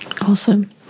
Awesome